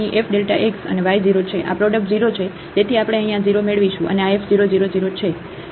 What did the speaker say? તો અહીં f Δ x અને y 0 છે આ પ્રોડક્ટ 0 છે તેથી આપણે અહીં આ 0 મેળવીશું અને આ f 0 0 0 છે 0 બાદ 0